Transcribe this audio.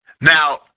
Now